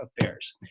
affairs